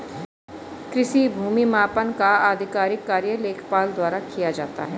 कृषि भूमि मापन का आधिकारिक कार्य लेखपाल द्वारा किया जाता है